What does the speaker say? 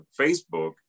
Facebook